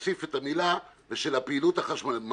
אז ביקשתי להוסיף את המילים "ושל הפעילות החשמלית".